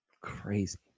Crazy